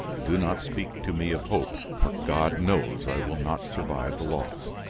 do not speak to me of hope, for god knows i will not survive the loss.